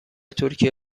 ترکیه